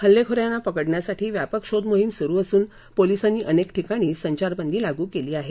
हल्लेखोरांना पकडण्यासाठी व्यापक शोधमोहीम सुरु असून पोलिसांनी अनेक ठिकाणी संचारबंदी लागू केली आहे